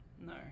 No